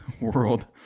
world